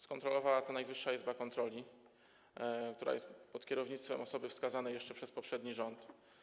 Skontrolowała to Najwyższa Izba Kontroli, która jest pod kierownictwem osoby wskazanej jeszcze przez poprzedni rząd.